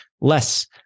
less